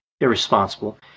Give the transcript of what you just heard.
irresponsible